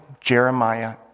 Jeremiah